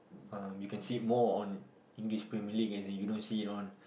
um you can see it more on English-Premier-League as in you don't see it on